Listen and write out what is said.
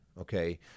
Okay